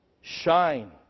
Shine